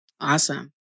Awesome